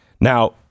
Now